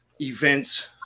events –